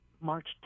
March